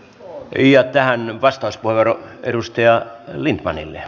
ja tähän vastauspuheenvuoro edustaja lindtmanille